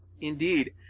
Indeed